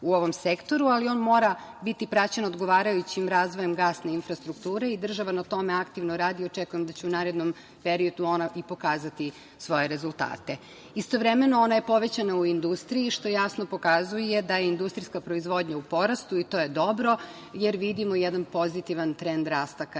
u ovom sektoru, ali mora biti praćen odgovarajućim razvojem gasne infrastrukture i država na tome aktivno radi. Očekujem da će u narednom periodu ona i pokazati svoje rezultate. Istovremeno, ona je povećana u industriji, što jasno pokazuje da je industrijska proizvodnja u porastu i to je dobro jer vidimo jedan pozitivan trend rasta